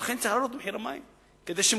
ולכן צריך להעלות את מחיר המים כדי ש"מקורות"